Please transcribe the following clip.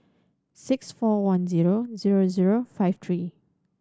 six four one zero zero zero five three